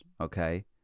okay